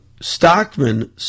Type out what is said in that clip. Stockman